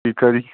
ਠੀਕ ਆ ਜੀ